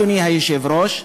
אדוני היושב-ראש,